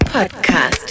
Podcast